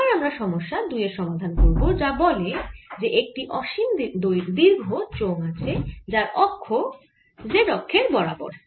এবার আমরা সমস্যা 2 এর সমাধান করব যা বলে যে একটি অসীম দীর্ঘ চোঙ আছে যার অক্ষ z অক্ষের বরাবর